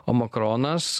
o makronas